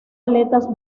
aletas